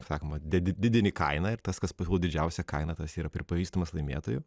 kaip sakoma didini kainą ir tas kas pasiūlo didžiausią kainą tas yra pripažįstamas laimėtoju